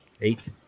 Eight